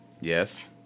Yes